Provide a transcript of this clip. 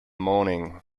morning